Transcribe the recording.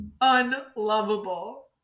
unlovable